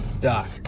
Doc